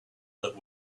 that